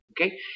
okay